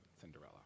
Cinderella